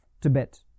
Tibet